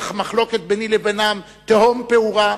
המחלוקת ביני לבינם היא תהום פעורה,